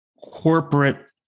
corporate